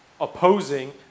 Opposing